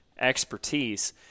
expertise